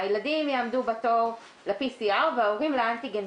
הילדים יעמדו בתור ל- PCRוההורים לאנטיגן.